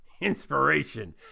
inspiration